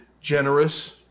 generous